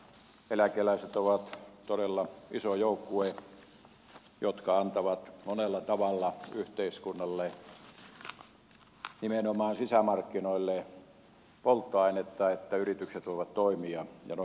eläkeläiset ovat todella iso joukkue jotka antavat monella tavalla yhteiskunnalle nimenomaan sisämarkkinoille polttoainetta että yritykset voivat toimia ja noin poispäin